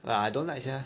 ya I don't like sia